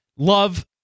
Love